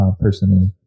personally